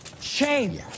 Shame